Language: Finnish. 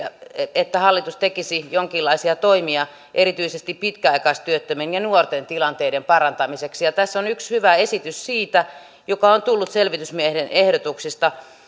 että hallitus tekisi jonkinlaisia toimia erityisesti pitkäaikaistyöttömien ja nuorten tilanteiden parantamiseksi ja tässä on yksi hyvä esitys siitä joka on tullut selvitysmiehen ehdotuksesta